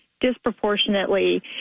disproportionately